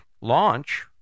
launch